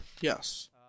Yes